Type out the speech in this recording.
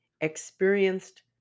experienced